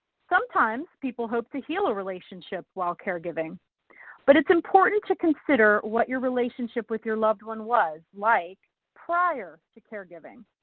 sometimes people hope to heal a relationship while caregiving but it's important to consider what your relationship with your loved one was like prior to caregiving.